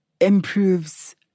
improves